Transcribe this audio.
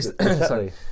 Sorry